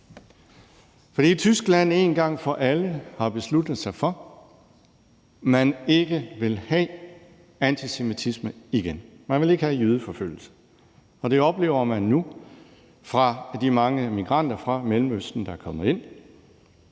fordi Tyskland en gang for alle har besluttet sig for, at man ikke vil have antisemitisme igen. Man vil ikke have jødeforfølgelse. Og det oplever man nu fra de mange migranter fra Mellemøsten, der er kommet ind.